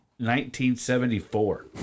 1974